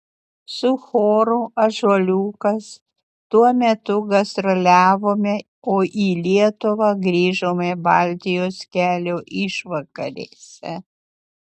su choru ąžuoliukas tuo metu gastroliavome o į lietuvą grįžome baltijos kelio išvakarėse